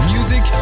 Music